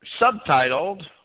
subtitled